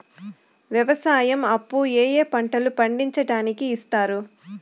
వ్యవసాయం అప్పు ఏ ఏ పంటలు పండించడానికి ఇస్తారు?